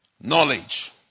Knowledge